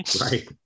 Right